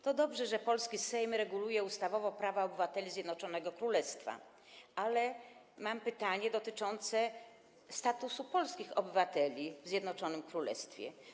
To dobrze, że polski Sejm reguluje ustawowo prawa obywateli Zjednoczonego Królestwa, ale mam pytanie dotyczące statusu polskich obywateli w Zjednoczonym Królestwie.